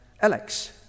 Alex